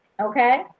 Okay